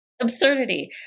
absurdity